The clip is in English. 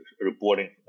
reporting